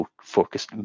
focus